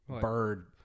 bird